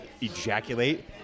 ejaculate